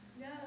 No